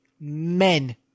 men